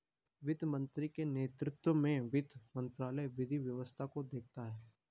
वित्त मंत्री के नेतृत्व में वित्त मंत्रालय विधि व्यवस्था को देखता है